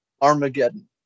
armageddon